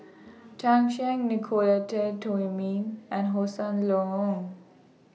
Tan Shen Nicolette Teo Wei Min and Hossan Leong